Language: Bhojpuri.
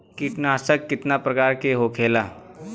कीटनाशक कितना प्रकार के होखेला?